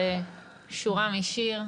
זה שורה משיר.